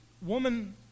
woman